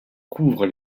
couvrent